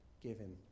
given